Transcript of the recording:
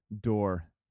door